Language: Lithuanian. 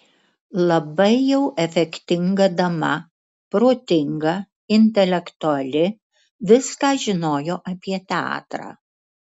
labai jau efektinga dama protinga intelektuali viską žinojo apie teatrą